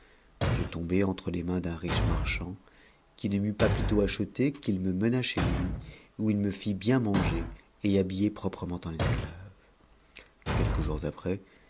je tombai entre les mains d'un riche marchand qui ne m'eut pasp utôt acheté qu'il me mena chez lui où il me fit bien manger et habiller proprement en esclave quelques jours après